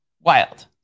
Wild